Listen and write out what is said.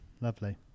Lovely